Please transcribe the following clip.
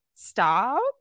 Stop